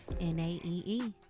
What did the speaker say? N-A-E-E